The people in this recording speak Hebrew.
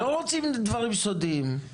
לא רוצים דברים סודיים,